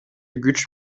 күч